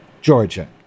Georgia